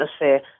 atmosphere